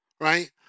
Right